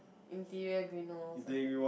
interior green walls ah